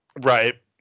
Right